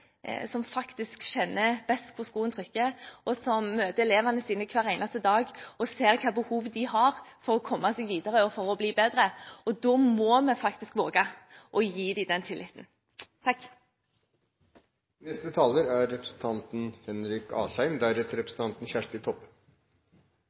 som vet best hvor skoen trykker. De møter elevene sine hver eneste dag og ser hvilket behov de har for å komme seg videre og for å bli bedre. Da må vi faktisk våge å gi dem den tilliten. Jeg vil også begynne med å takke interpellanten for å løfte en interessant debatt. Dette er